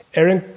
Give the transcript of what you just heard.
Aaron